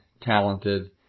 talented